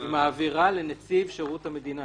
היא מעבירה לנציב שירות המדינה